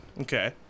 Okay